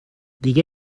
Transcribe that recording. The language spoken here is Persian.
دیگه